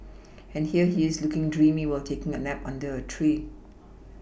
and here he is looking dreamy while taking a nap under a tree